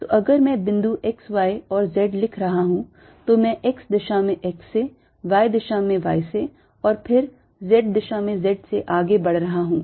तो अगर मैं एक बिंदु x y और z लिखा रहा हूं तो मैं x दिशा में x से y दिशा में y से और फिर z दिशा में z से आगे बढ़ रहा हूं